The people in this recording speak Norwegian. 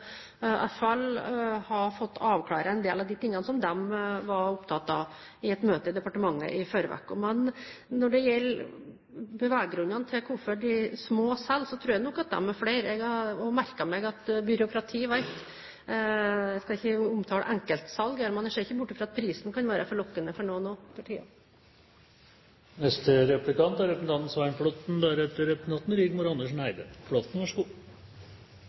del av de tingene som de var opptatt av, i et møte i departementet forrige uke. Når det gjelder beveggrunnene for hvorfor de små selger, tror jeg nok at de er flere. Jeg har merket meg at byråkrati var én grunn. Jeg skal ikke omtale enkeltsalg, men jeg ser ikke bort fra at prisen kan være forlokkende for noen også for tiden. Balansen mellom ønsket vekst og miljømessig bærekraft er